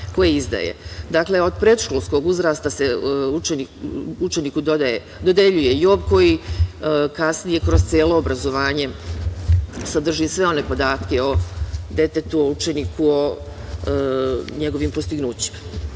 Dakle, od predškolskog uzrasta se učeniku dodeljuje JOB koji kasnije, kroz celo obrazovanje, sadrži sve one podatke o detetu, učeniku, o njegovim postignućima. Što